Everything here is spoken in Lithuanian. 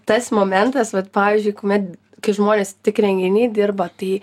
tas momentas vat pavyzdžiui kuomet kai žmonės tik renginy dirba tai